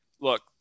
look